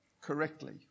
correctly